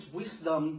wisdom